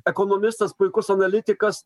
ekonomistas puikus analitikas